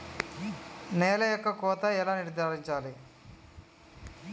నేల యొక్క కోత ఎలా నిర్ధారించాలి?